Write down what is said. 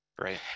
Right